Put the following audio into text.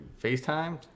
FaceTimed